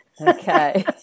Okay